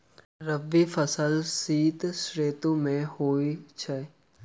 रबी फसल शीत ऋतु मे होए छैथ?